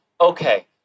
Okay